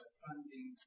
funding